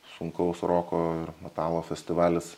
sunkaus roko ir metalo festivalis